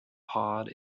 pod